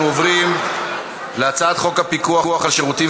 אנחנו עוברים להצעת חוק הפיקוח על שירותים